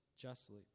justly